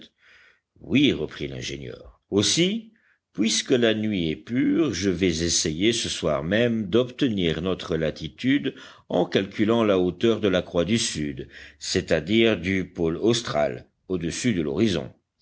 oui reprit l'ingénieur aussi puisque la nuit est pure je vais essayer ce soir même d'obtenir notre latitude en calculant la hauteur de la croix du sud c'est-à-dire du pôle austral audessus de l'horizon